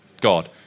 God